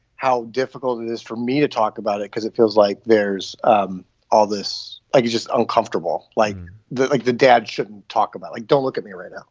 how difficult it is for me to talk about it because it feels like there's um all this like you just uncomfortable like that. like the dad shouldn't talk about, like, don't look at me right now.